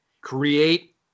create